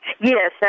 Yes